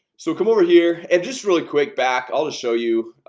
so come over here and just really quick back. i'll show you